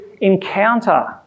encounter